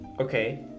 okay